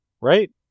Right